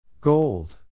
Gold